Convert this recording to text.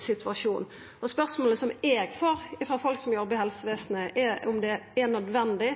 situasjon. Spørsmålet som eg får frå folk som jobbar i helsevesenet, er om det er nødvendig